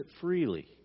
freely